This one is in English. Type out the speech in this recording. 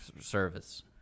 service